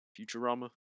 Futurama